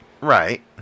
Right